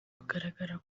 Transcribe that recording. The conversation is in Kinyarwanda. kugaragara